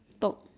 talk